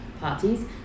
parties